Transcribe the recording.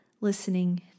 listening